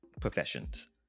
professions